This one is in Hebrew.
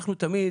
אנחנו תמיד